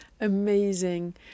Amazing